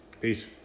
Peace